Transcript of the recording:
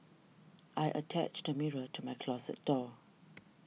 I attached a mirror to my closet door